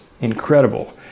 incredible